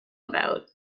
about